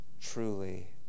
truly